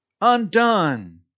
undone